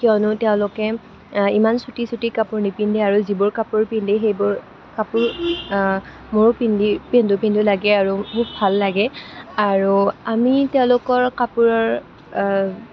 কিয়নো তেওঁলোকে ইমান চুটি চুটি কাপোৰ নিপিন্ধে আৰু যিবোৰ কাপোৰ পিন্ধে সেইবোৰ কাপোৰ মোৰ পিন্ধি পিন্ধো পিন্ধো লাগে আৰু মোক ভাল লাগে আৰু আমি তেওঁলোকৰ কাপোৰৰ